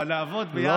אבל נעבוד ביחד,